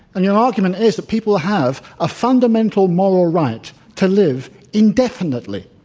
and your argument is that people have a fundamental moral right to live indefinitely.